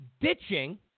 ditching